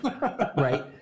Right